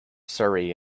surrey